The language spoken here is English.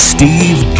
Steve